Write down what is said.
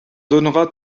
donnera